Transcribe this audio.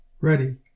ready